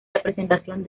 representación